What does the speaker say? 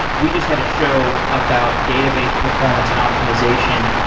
we just had a show about database performance and optimization,